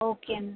okay ma'am